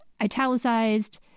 italicized